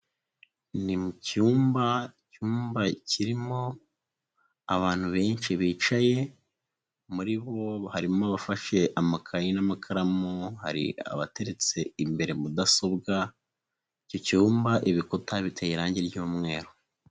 Ni mu cyumba icyumba kirimo abantu benshi bicaye muri bo harimo abafashe amakayi n'amakaramu, hari abateretse imbere mudasobwa, icyumba ibikuta biteye irangi ry'umweru.